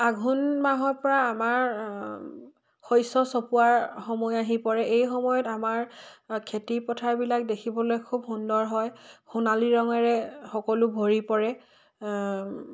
আঘোণ মাহৰ পৰা আমাৰ শস্য চপোৱাৰ সময় আহি পৰে এই সময়ত আমাৰ খেতি পথাৰবিলাক দেখিবলৈ খুব সুন্দৰ হয় সোণালী ৰঙেৰে সকলো ভৰি পৰে